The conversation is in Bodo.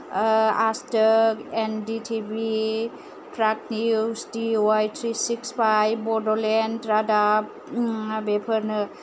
आजत K N D T V Prag news D Y three six five Bodoland रादाब बेफोरनो